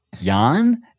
Jan